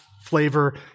flavor